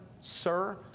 sir